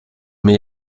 mir